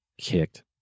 kicked